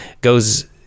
goes